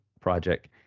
project